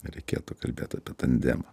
reikėtų kalbėt apie tandemą